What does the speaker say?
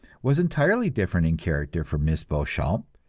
was entirely different in character from miss beauchamp,